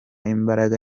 imbaraga